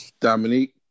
Dominique